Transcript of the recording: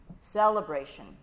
Celebration